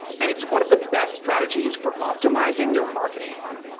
and it's one of the best strategies for optimizing your marketing funnel.